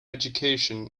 education